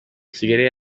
kigali